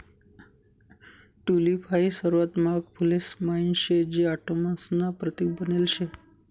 tulip हाई सर्वात महाग फुलेस म्हाईन शे जे ऑटोमन्स ना प्रतीक बनेल शे